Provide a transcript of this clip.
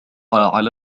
على